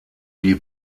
die